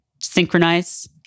synchronize